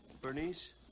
Bernice